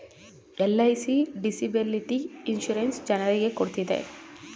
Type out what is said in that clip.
LIC disability insurance ಜನರಿಗೆ ಕೊಡ್ತಿದೆ